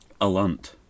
Alunt